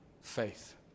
faith